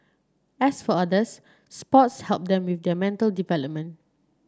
as for others sports help them with their mental development